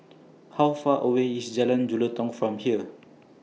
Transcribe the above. How Far away IS Jalan Jelutong from here